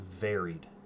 varied